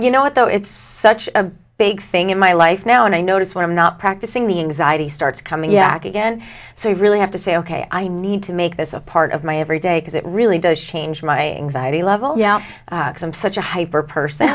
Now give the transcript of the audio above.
you know what though it's such a big thing in my life now and i notice when i'm not practicing the anxiety starts coming yack again so you really have to say ok i need to make this a part of my every day because it really does change my anxiety level i'm such a hyper person